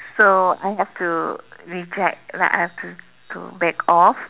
so I had to reject like I had to to back off